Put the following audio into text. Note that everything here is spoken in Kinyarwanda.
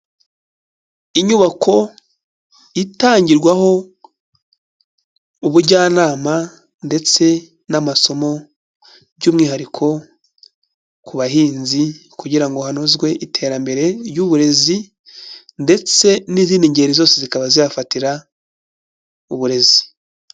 Inyubako itangirwaho ubujyanama ndetse n'amasomo by'umwihariko ku bahinzi kugira ngo hanozwe iterambere ry'uburezi ndetse n'izindi ngeri zose zikaba zahafatira uburezi.